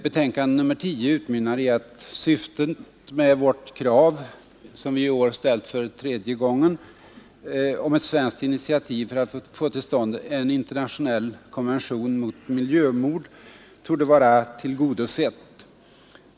Betänkande nr 10 utmynnar i att syftet med vårt krav, som vi i år ställt för tredje gången, om ett svenskt initiativ för att få till stånd en internationell konvention mot miljömord — ekocid — torde vara tillgodosett.